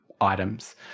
items